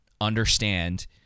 understand